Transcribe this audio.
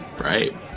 Right